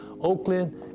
Oakland